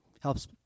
Helps